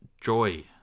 joy